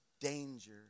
danger